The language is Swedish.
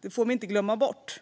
Det får vi inte glömma bort.